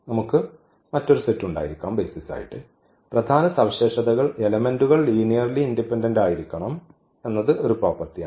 നമുക്ക് മറ്റൊരു സെറ്റ് ഉണ്ടായിരിക്കാം പ്രധാന സവിശേഷതകൾ എലെമെന്റുകൾ ലീനിയർലി ഇൻഡിപെൻഡന്റ് ആയിരിക്കണം അത് ഒരു പ്രോപ്പർട്ടിയാണ്